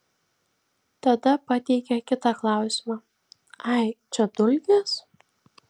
tada pateikė kitą klausimą ai čia dulkės